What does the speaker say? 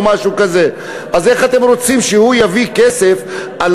או משהו כזה אז איך אתם רוצים שהוא יביא כסף על